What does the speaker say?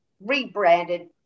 rebranded